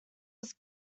was